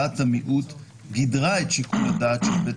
דעת המיעוט גידרה את שיקול הדעת של בית